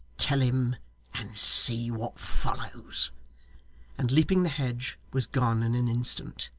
tell him and see what follows and leaping the hedge, was gone in an instant.